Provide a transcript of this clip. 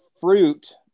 fruit